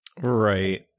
Right